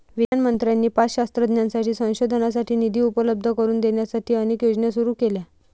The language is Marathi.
विज्ञान मंत्र्यांनी पात्र शास्त्रज्ञांसाठी संशोधनासाठी निधी उपलब्ध करून देण्यासाठी अनेक योजना सुरू केल्या